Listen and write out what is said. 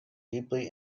deeply